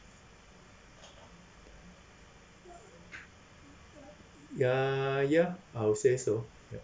ya ya I will say so ya